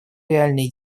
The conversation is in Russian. реальные